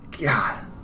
God